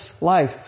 life